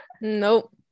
Nope